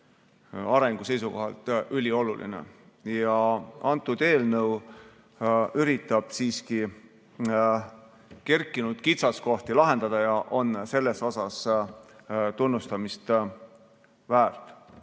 arengu seisukohalt ülioluline. Kõnealune eelnõu üritab kerkinud kitsaskohti lahendada ja on selles mõttes tunnustamist väärt.